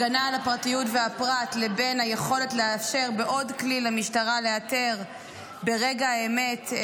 הפרטיות והפרט לבין היכולת לאפשר בעוד כלי למשטרה לאתר ברגע האמת,